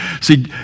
See